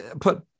put